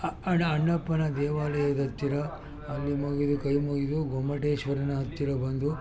ಅ ಅಣ್ಣ ಅಣ್ಣಪ್ಪನ ದೇವಾಲಯದ ಹತ್ತಿರ ಅಲ್ಲಿ ಮುಗಿದು ಕೈ ಮುಗಿದು ಗೊಮ್ಮಟೇಶ್ವರನ ಹತ್ತಿರ ಬಂದು